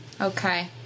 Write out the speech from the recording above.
Okay